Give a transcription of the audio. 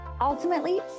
ultimately